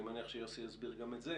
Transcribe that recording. אני מניח שיוסי יסביר גם את זה.